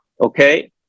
okay